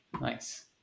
Nice